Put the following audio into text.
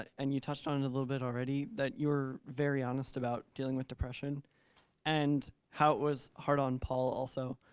and you touched on it a little bit already, that you were very honest about dealing with depression and how it was hard on paul, also.